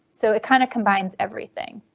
so it kind of combines everything.